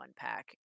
unpack